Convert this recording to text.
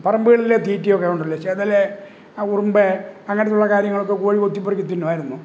പറമ്പുകളിലെ തീറ്റി ഒക്കെ ഉണ്ടല്ലോ ചിതൽ ഉറുമ്പ് അങ്ങനത്തെ ഉള്ള കാര്യങ്ങള് ഒക്കെ കോഴി കൊത്തി പെറുക്കി തിന്നുമായിരുന്നു